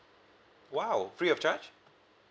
!wow! free of charge